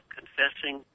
confessing